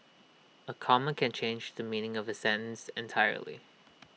A comma can change the meaning of A sentence entirely